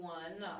one